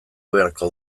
beharko